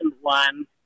one